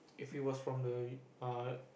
if you was from the uh